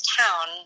town